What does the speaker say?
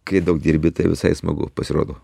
kai daug dirbi tai visai smagu pasirodo